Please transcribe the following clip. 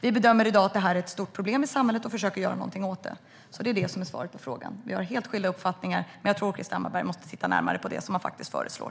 Vi bedömer i dag att det här är ett stort problem i samhället och försöker göra någonting åt det. Det är svaret på frågan. Vi har helt skilda uppfattningar, men jag tror att Krister Hammarbergh måste titta närmare på det som han föreslår.